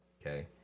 okay